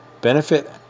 Benefit